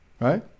Right